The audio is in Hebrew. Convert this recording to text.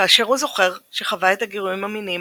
כאשר הוא זוכר שחווה את הגירויים המיניים